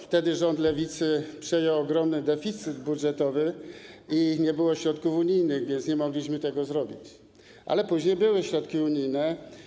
Wtedy rząd Lewicy przejął ogromny deficyt budżetowy i nie było środków unijnych, więc nie mogliśmy tego zrobić, ale później były środki unijne.